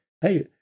hey